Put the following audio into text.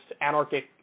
anarchic